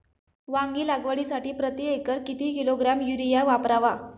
वांगी लागवडीसाठी प्रती एकर किती किलोग्रॅम युरिया वापरावा?